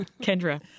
Kendra